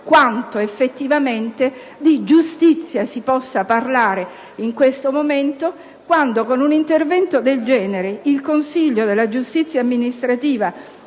quanto effettivamente di giustizia si possa parlare in questo momento, allorquando, con un intervento del genere, il Consiglio di giustizia amministrativa